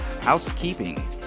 housekeeping